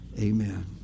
Amen